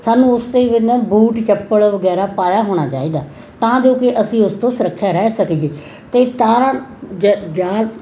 ਸਾਨੂੰ ਉਸ 'ਤੇ ਬਿਨਾਂ ਬੂਟ ਚੱਪਲ ਵਗੈਰਾ ਪਾਇਆ ਹੋਣਾ ਚਾਹੀਦਾ ਤਾਂ ਜੋ ਕਿ ਅਸੀਂ ਉਸ ਤੋਂ ਸੁਰੱਖਿਅਤ ਰਹਿ ਸਕੀਏ ਅਤੇ ਤਾਰਾਂ ਜ ਜਾਂ